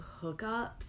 hookups